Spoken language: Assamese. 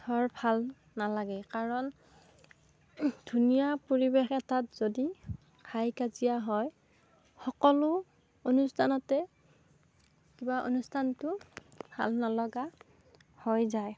ধৰক ভাল নালাগে কাৰণ ধুনীয়া পৰিৱেশ এটাত যদি হাই কাজিয়া হয় সকলো অনুষ্ঠানতে কিবা অনুষ্ঠানতো ভাল নলগা হৈ যায়